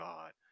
God